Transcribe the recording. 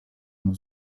uno